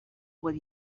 what